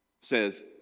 says